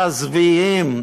מזוויעים,